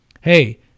hey